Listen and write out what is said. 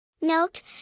Note